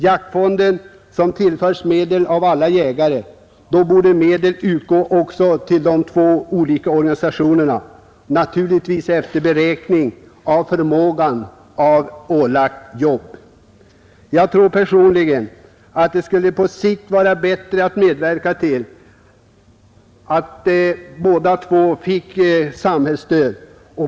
Jaktvårdsfonden tillförs medel av alla jägare — då borde medlen också utgå till de två olika organisationerna, naturligtvis efter beräkning av förmågan att utföra ålagda uppgifter. Jag tror personligen att det på sikt skulle vara bättre att medverka till att båda två fick samhällsstöd.